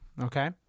Okay